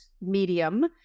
medium